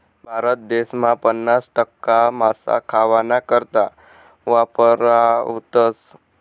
भारत देसमा पन्नास टक्का मासा खावाना करता वापरावतस